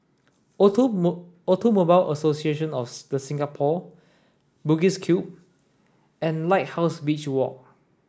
Automobile Association of The Singapore Bugis Cube and Lighthouse Beach Walk